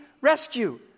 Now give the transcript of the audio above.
rescue